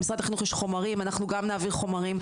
למשרד החינוך יש חומרים, אנחנו גם נעביר חומרי.